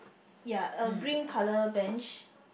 ya uh green colour bench